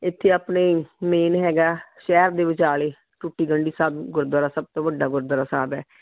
ਇੱਥੇ ਆਪਣੇ ਮੇਨ ਹੈਗਾ ਸ਼ਹਿਰ ਦੇ ਵਿਚਾਲੇ ਟੁੱਟੀ ਗੰਢੀ ਸਾਹਿਬ ਗੁਰਦੁਆਰਾ ਸਭ ਤੋਂ ਵੱਡਾ ਗੁਰਦੁਆਰਾ ਸਾਹਿਬ ਹੈ